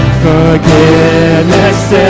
forgiveness